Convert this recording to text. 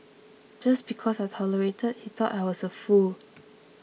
just because I tolerated he thought I was a fool